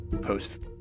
post